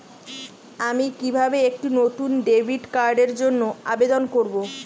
আমি কিভাবে একটি নতুন ডেবিট কার্ডের জন্য আবেদন করব?